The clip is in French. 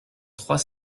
trois